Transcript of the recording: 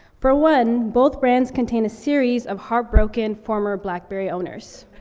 for one, both brands contain a series of heartbroken former blackberry owners.